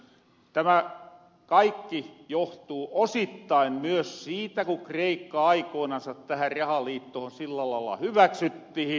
päinvastoon tämä kaikki johtuu osittain myös siitä kun kreikka aikoonansa tähän rahaliittohon sillä lailla hyväksyttihin